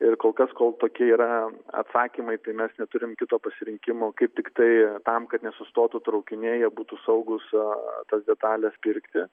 ir kol kas kol tokie yra atsakymai tai mes neturim kito pasirinkimo kaip tiktai tam kad nesustotų traukiniai jie būtų saugūs tas detales pirkti